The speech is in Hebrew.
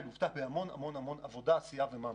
היא לוּותה בהמון עבודה, עשייה ומאמצים.